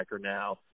now